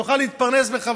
כדי שהוא יוכל להתפרנס בכבוד.